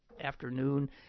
afternoon